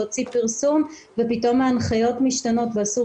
להוציא פרסום ופתאום ההנחיות משתנות ואסור